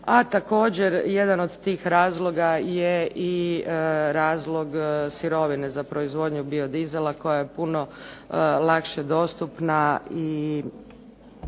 A također jedan od tih razloga je i razlog sirovine za proizvodnju biodizela koja je puno lakše dostupna i